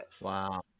wow